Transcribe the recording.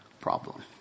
problem